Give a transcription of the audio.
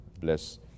bless